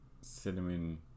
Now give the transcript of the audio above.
cinnamon